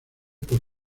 por